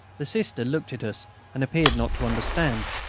the sister looked at us and appeared not to understand.